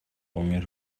gånger